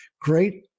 great